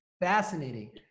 Fascinating